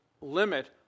limit